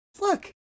look